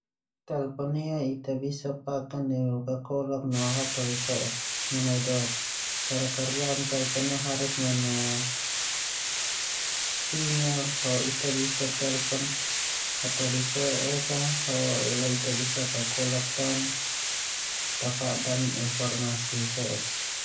Telpon ia bisa paken neu kokolak no hataholi fe'ek manai dook a. Cara kerja telpon ia haeus pake sinyal ho ita bisa telpon hataholi fe'ek.